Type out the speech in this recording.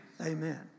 Amen